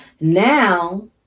Now